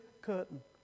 curtain